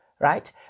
right